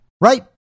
right